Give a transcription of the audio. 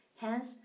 Hence